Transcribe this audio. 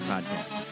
Podcast